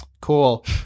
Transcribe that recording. Cool